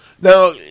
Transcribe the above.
Now